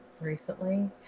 recently